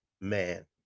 man